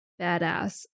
badass